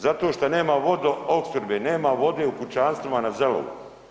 Zato što nema vodoopskrbe, nema vode u kućanstvima na Zelovu.